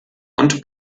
und